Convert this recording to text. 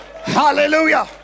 Hallelujah